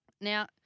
Now